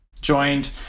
joined